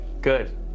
Good